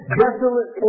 desolate